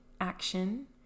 action